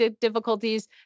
difficulties